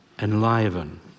enliven